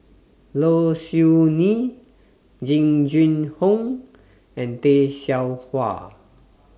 Low Siew Nghee Jing Jun Hong and Tay Seow Huah